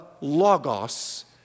logos